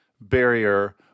barrier